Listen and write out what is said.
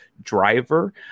driver